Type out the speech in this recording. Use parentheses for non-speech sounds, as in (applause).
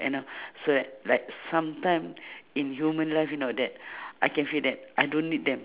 you know (breath) so li~ like sometime in human life you know that (breath) I can feel that I don't need them